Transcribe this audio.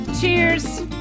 Cheers